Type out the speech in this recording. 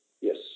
Yes